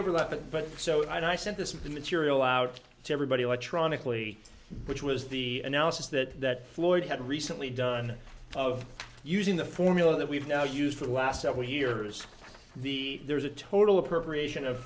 overlapping but so i sent this material out to everybody electronically which was the analysis that floyd had recently done of using the formula that we've now used for the last several years the there is a total appropriation of